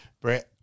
Brett